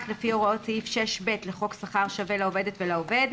לפי הוראות סעיף 6ב לחוק שכר שווה לעובדת ולעובד,